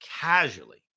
casually